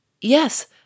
Yes